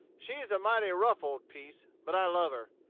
she is a mighty rough old piece, but i love her,